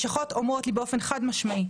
לשכות אומרות לי באופן חד-משמעי,